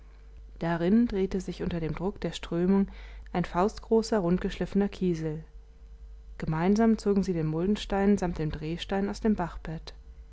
darin drehte sich unter dem druck der strömung ein faustgroßer rundgeschliffener kiesel gemeinsam zogen sie den muldenstein samt dem drehstein aus dem bachbett